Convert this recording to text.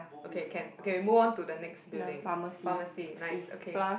okay can okay we move on to the next building pharmacy nice okay